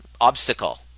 obstacle